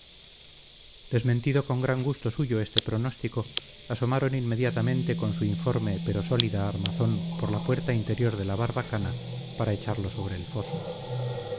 reñido desmentido con gran gusto suyo este pronóstico asomaron inmediatamente con su informe pero sólida armazón por la puerta interior de la barbacana para echarlo sobre el foso